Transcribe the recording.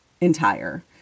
entire